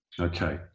Okay